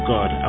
God